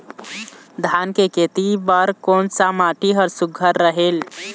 धान के खेती बर कोन सा माटी हर सुघ्घर रहेल?